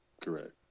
Correct